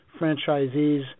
franchisees